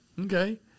Okay